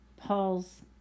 Paul's